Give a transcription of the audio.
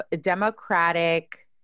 democratic